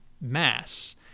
mass